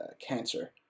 cancer